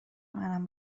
منم